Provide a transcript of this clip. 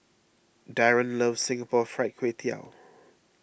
Daren loves Singapore Fried Kway Tiao